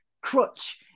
crutch